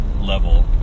level